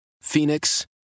Phoenix